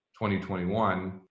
2021